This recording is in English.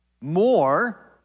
more